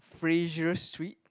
Fraser Suite